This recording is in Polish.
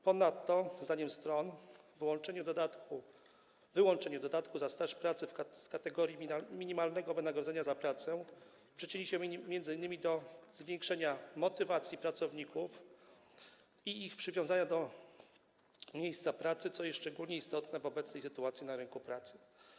Ponadto zdaniem stron wyłączenie dodatku za staż pracy z kategorii minimalnego wynagrodzenia za pracę przyczyni się m.in. do zwiększenia motywacji pracowników i ich przywiązania do miejsca pracy, co jest szczególnie istotne w obecnej sytuacji na rynku pracy.